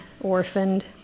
orphaned